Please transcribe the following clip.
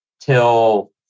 till